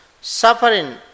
suffering